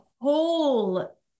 whole